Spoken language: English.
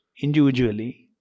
individually